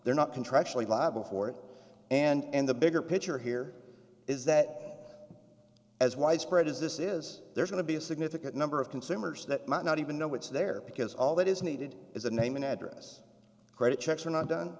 they're not contractually liable for it and the bigger picture here is that as widespread as this is there are going to be a significant number of consumers that might not even know it's there because all that is needed is a name and address credit checks are not done